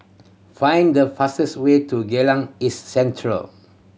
find the fastest way to Geylang East Central